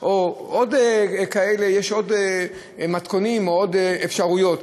יש עוד מתכונים או עוד אפשרויות.